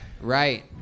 Right